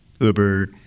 Uber